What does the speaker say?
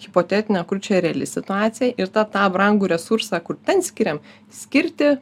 hipotetinė kur čia reali situacija ir ta tą brangų resursą kur ten skiriam skirti